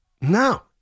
No